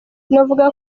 novuga